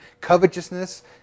covetousness